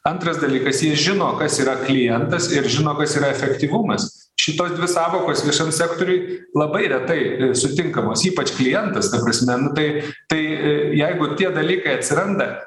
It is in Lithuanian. antras dalykas jis žino kas yra klientas ir žino kas yra yra efektyvumas šitos dvi sąvokos viešam sektoriui labai retai sutinkamos ypač klientas ta prasme nu tai tai jeigu tie dalykai atsiranda